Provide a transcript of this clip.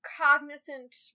cognizant